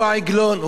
הוא העגלון,